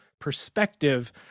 perspective